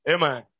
Amen